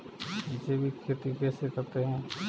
जैविक खेती कैसे करते हैं?